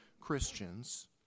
Christians